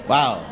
Wow